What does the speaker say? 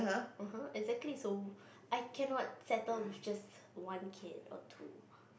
uh-huh exactly so I cannot settle with just one kid or two